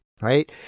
right